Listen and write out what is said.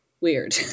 weird